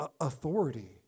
authority